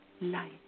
light